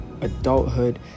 adulthood